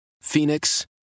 phoenix